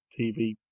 TV